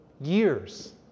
years